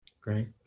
Great